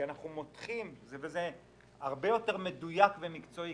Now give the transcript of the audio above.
זה יהיה הרבה יותר מדויק ומקצועי.